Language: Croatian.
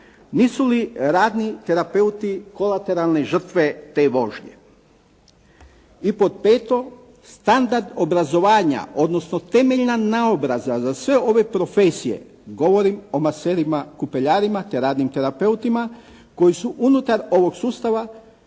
Nisu li radni terapeuti kolateralne žrtve te vožnje? I pod 5. standard obrazovanja, odnosno temeljna naobrazba za sve ove profesije, govorim o maserima kupeljarima te radnim terapeutima koji su unutar ovog sustava,